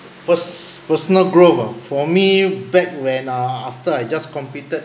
pers~ personal growth ah for me back when uh after I just completed